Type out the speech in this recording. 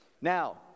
now